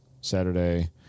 Saturday